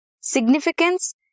Significance